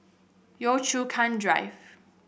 Yio Chu Kang Drive